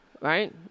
right